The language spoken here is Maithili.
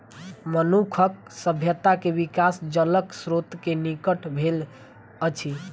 मनुखक सभ्यता के विकास जलक स्त्रोत के निकट भेल अछि